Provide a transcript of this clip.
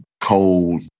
cold